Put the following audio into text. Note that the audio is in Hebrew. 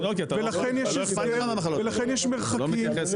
ולכן יש הסגר ולכן יש מרחקים,